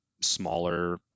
smaller